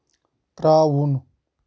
ترٛاوُن